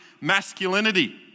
masculinity